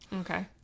Okay